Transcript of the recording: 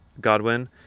Godwin